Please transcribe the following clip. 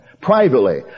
Privately